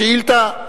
השאילתא,